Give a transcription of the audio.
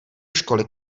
školy